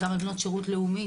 גם על בנות שירות לאומי,